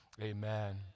Amen